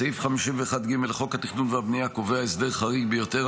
סעיף 51(ג) לחוק התכנון והבנייה קובע הסדר חריג ביותר,